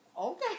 Okay